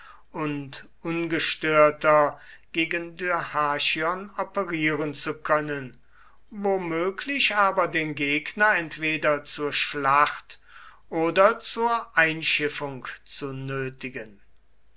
und ungestörter gegen dyrrhachion operieren zu können womöglich aber den gegner entweder zur schlacht oder zur einschiffung zu nötigen